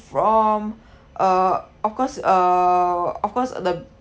from uh of course (uhhh) of course uh the